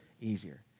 easier